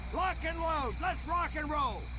lock and load let's rock and roll!